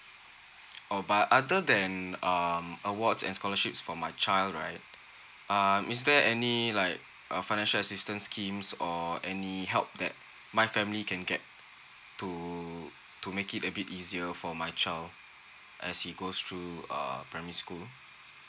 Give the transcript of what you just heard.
oh but other than um awards and scholarships for my child right um is there any like a financial assistance schemes or any help that my family can get to to make it a bit easier for my child as he goes through err primary school